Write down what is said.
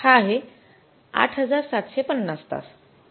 हा आहे ८७५० तास